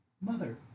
Mother